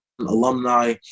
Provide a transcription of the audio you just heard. alumni